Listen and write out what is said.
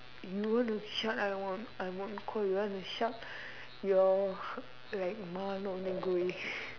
you want to shout I won't I won't close you want to shout your like மானம்:maanam only going